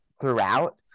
throughout